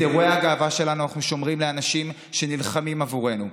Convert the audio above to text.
את אירועי הגאווה שלנו אנחנו שומרים לאנשים שנלחמים עבורנו.